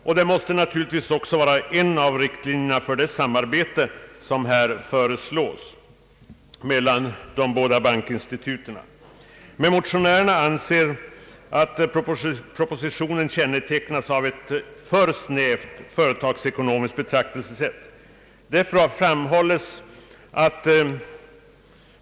Detta måste naturligtvis också vara en av riktlinjerna för det samarbete mellan de båda bankinstituten som här föreslås. Men motionärerna anser att propositionen kännetecknas av ett för snävt företagsekonomiskt betraktelsesätt.